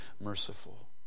merciful